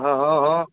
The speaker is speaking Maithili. हँ हँ हँ